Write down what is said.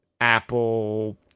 Apple